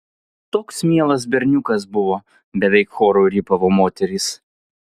toks mielas berniukas buvo beveik choru rypavo moterys